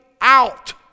out